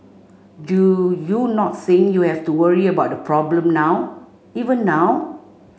do you not think you have to worry about the problem now even now